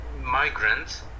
migrants